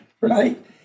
Right